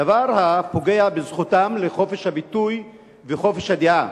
דבר הפוגע בזכותם לחופש הביטוי וחופש הדעה.